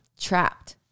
trapped